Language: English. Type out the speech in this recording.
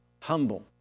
humble